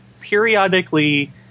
periodically